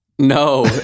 No